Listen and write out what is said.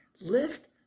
lift